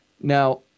Now